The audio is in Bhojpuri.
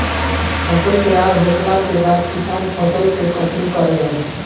फसल तैयार होखला के बाद किसान फसल के कटनी करेलन